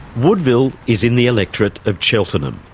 woodville is in the electorate of cheltenham,